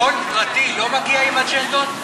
הון פרטי לא מגיע עם אג'נדות?